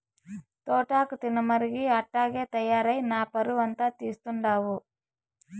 తోటాకు తినమరిగి అట్టాగే తయారై నా పరువంతా తీస్తండావు